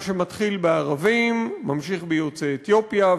מה שמתחיל בערבים ממשיך ביוצאי אתיופיה,